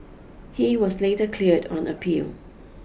he was later cleared on appeal